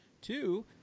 two